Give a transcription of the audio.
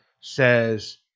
says